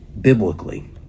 biblically